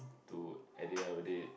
to at the end of a day